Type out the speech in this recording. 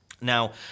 Now